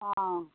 অ'